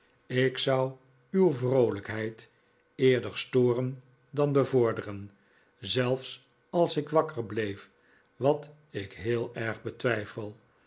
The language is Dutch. ik zou uw vroolijkheid eerder storen dan bevorderen zelfs als ik wakker bleef wat ik heel erg betwijfel